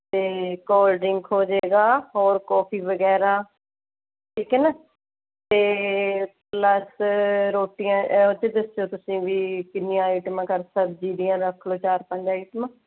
ਅਤੇ ਕੋਲਡ੍ਰਿੰਕ ਹੋ ਜਾਵੇਗਾ ਹੋਰ ਕੌਫ਼ੀ ਵਗੈਰਾ ਠੀਕ ਹੈ ਨਾ ਅਤੇ ਪਲੱਸ ਰੋਟੀਆਂ ਉਹ 'ਚ ਦੱਸਿਓ ਤੁਸੀਂ ਵੀ ਕਿੰਨੀਆਂ ਆਈਟਮਾਂ ਕਰ ਸਬਜ਼ੀ ਦੀਆਂ ਰੱਖ ਲਉ ਚਾਰ ਪੰਜ ਆਈਟਮਾਂ